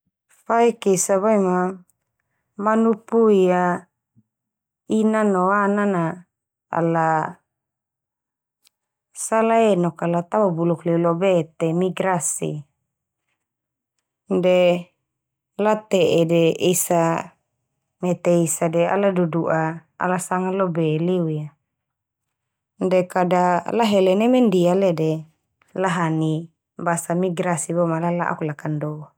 Faik esa boema manupui a inan no anan a ala salah enok kala ta bubuluk leu lo be te migrasi. De late'e de esa mete esa de ala dudu'a ala sanga lo be leu ia. De kada lahele neme ndia leo de, lahani basa migrasi boe ma ala la'ok lakando.